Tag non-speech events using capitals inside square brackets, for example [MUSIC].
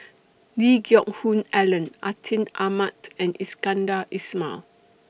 [NOISE] Lee Geck Hoon Ellen Atin Amat and Iskandar Ismail